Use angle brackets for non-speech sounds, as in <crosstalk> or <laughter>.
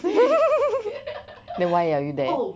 <laughs> then why are you there